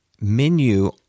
menu